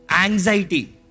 anxiety